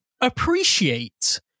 appreciate